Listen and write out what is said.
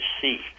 see